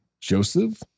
Joseph